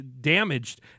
damaged